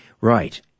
Right